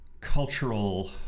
cultural